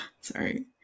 sorry